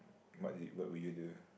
what you what would you do